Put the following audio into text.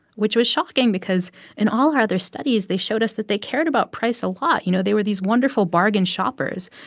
which was shocking because in all our other studies they showed us that they cared about price a lot. you know, they were these wonderful bargain shoppers.